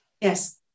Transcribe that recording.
Yes